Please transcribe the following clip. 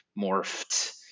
morphed